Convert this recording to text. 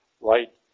Light